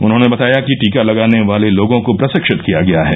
उन्होंने बताया कि टीका लगाने वाले लोगों को प्रशिक्षित किया गया है